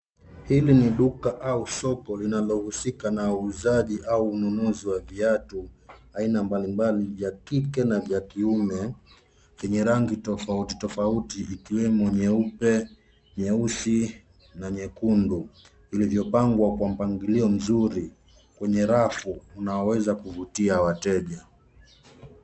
Hili ni duka au soko linalohusika na uuzaji au ununuzi wa viatu aina mbalimbali, vya kike na vya kiume, vyenye rangi tofauti tofauti ikiwemo nyeupe, nyeusi na nyekundu, vilivyopangwa kwa mpangilio mzuri kwenye rafu unaoweza kuvutia wateja.